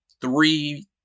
three